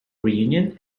reunion